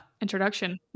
Introduction